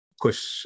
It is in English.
push